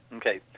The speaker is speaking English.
Okay